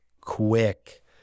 quick